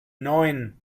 neun